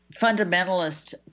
fundamentalist